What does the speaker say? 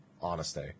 honesty